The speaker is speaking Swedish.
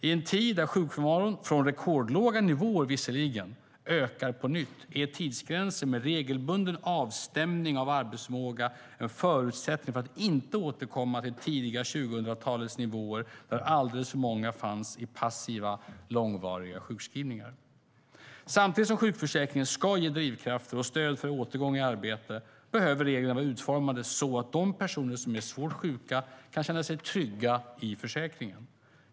I en tid där sjukfrånvaron ökar på nytt - från rekordlåga nivåer, visserligen - är tidsgränser med regelbunden avstämning av arbetsförmåga en förutsättning för att inte återkomma till det tidiga 2000-talets nivåer där alldeles för många fanns i passiva, långvariga sjukskrivningar. Samtidigt som sjukförsäkringen ska ge drivkrafter och stöd för återgång i arbete behöver reglerna vara utformade så att de personer som är svårt sjuka kan känna sig trygga i försäkringen.